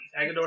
Agador